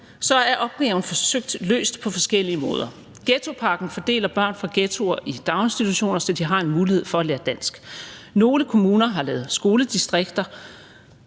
er opgaven forsøgt løst på forskellige måder. Ghettopakken fordeler børn fra ghettoer i daginstitutioner, så de har en mulighed for at lære dansk. Nogle kommuner har lavet skoledistrikter,